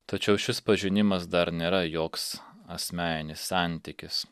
tačiau šis pažinimas dar nėra joks asmeninis santykis